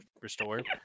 restored